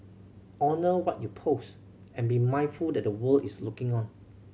honour what you post and be mindful that the world is looking on